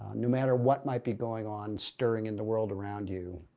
no matter what might be going on, stirring in the world around you,